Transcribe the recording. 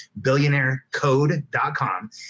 billionairecode.com